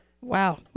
Wow